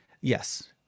yes